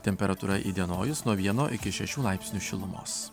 temperatūra įdienojus nuo vieno iki šešių laipsnių šilumos